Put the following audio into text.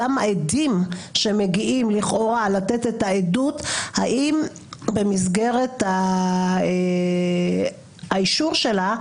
עד כמה לעדים שמגיעים לתת את העדות יש משקל במסגרת האישור שלה,